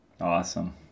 Awesome